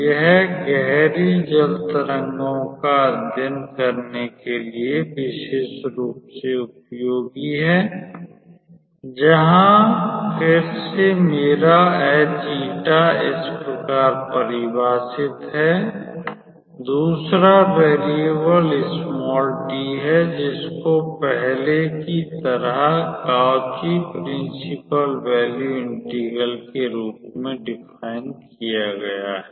यह गहरी जल तरंगों का अध्ययन करने के लिए विशेष रूप से उपयोगी है जहां फिर से मेरा इस प्रकार परिभाषित है दूसरा वेरियेबल t है जिसको पहले की तरह काऊची प्रिन्सिपल वैल्यू इंटेग्रल के रूप में डिफाइन किया है